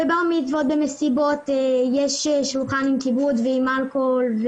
בבר-מצוות ומסיבות יש שולחן עם כיבוד ועם אלכוהול,